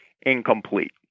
incomplete